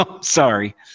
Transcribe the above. Sorry